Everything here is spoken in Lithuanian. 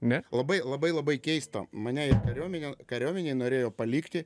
net labai labai labai keista mane į kariuomenę kariuomenė norėjo palikti